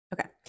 Okay